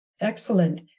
Excellent